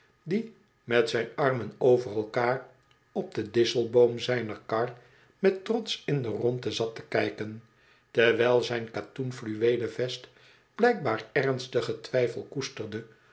die met zijn armen over elkaar op den disselboom zijner kar met trots in de rondte zat te kijken terwijl zijn katoenfluweelen vest blijkbaar ernstigen twijfel koesterde